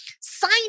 sign